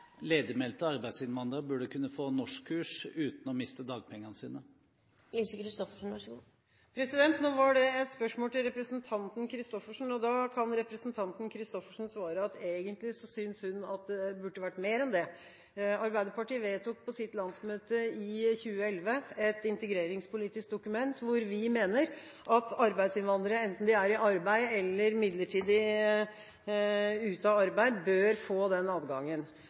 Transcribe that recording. ledigmeldte arbeidsinnvandrere burde kunne få norskkurs uten å miste dagpengene sine? Nå var det et spørsmål til representanten Christoffersen, og da kan representanten Christoffersen svare at hun egentlig synes det burde vært mer enn det. Arbeiderpartiet vedtok på sitt landsmøte i 2011 et integreringspolitisk dokument hvor vi mente at arbeidsinnvandrere, enten de var i arbeid eller midlertidig ute av arbeid, burde få den adgangen.